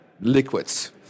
liquids